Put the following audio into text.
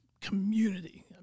community